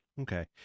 Okay